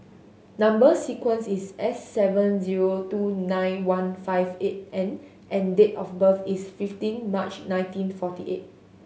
number sequence is S seven zero two nine one five eight N and date of birth is fifteen March nineteen forty eight